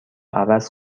عوض